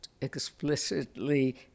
explicitly